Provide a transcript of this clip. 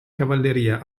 cavalleria